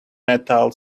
metal